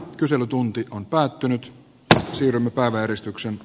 kyselytunti on päättynyt ja sirmakan väristyksin